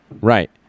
Right